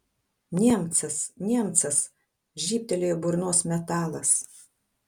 niemcas niemcas žybtelėjo burnos metalas